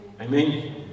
Amen